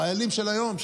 החיילים של היום,